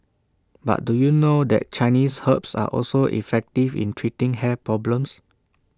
but do you know that Chinese herbs are also effective in treating hair problems